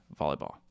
Volleyball